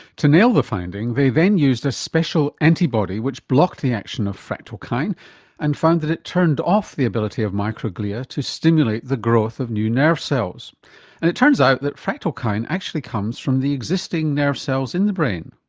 to nail the finding they then used a special antibody which blocked the action of fractalkine and found that it turned off the ability of microglia to stimulate the growth of new nerve cells. and it turns out that fractalkine actually comes from the existing nerve cells in the brain.